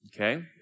okay